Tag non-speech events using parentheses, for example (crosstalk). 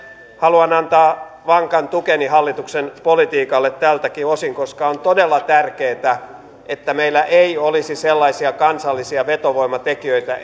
haluan antaa vankan tukeni hallituksen politiikalle tältäkin osin koska on todella tärkeätä että meillä ei olisi sellaisia kansallisia vetovoimatekijöitä (unintelligible)